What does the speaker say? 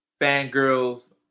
fangirls